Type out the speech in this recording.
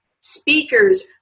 speakers